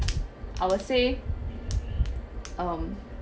I will say um